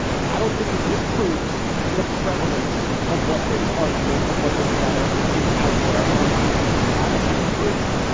and i don't think it disproves the prevalence of what this argument of what this letter is out there pointing its finger at. i think it proves it.